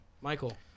Michael